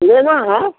लेना है